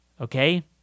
okay